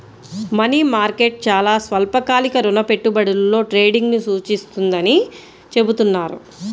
money market చాలా స్వల్పకాలిక రుణ పెట్టుబడులలో ట్రేడింగ్ను సూచిస్తుందని చెబుతున్నారు